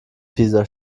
pisa